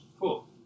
Cool